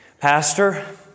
Pastor